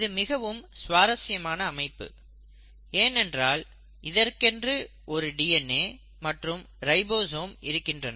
இது மிகவும் சுவாரசியமான அமைப்பு ஏனென்றால் இதற்கென்று டிஎன்ஏ மற்றும் ரைபோசோம்கள் இருக்கின்றன